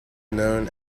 known